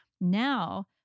Now